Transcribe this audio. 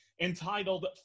entitled